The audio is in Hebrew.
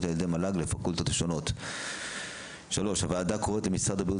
על-ידי מל"ג לפקולטות השונות; הוועדה קוראת למשרד הבריאות